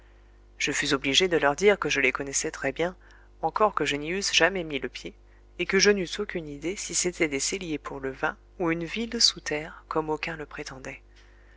je fus obligé de leur dire que je les connaissais très-bien encore que je n'y eusse jamais mis le pied et que je n'eusse aucune idée si c'était des celliers pour le vin ou une ville sous terre comme aucuns le prétendaient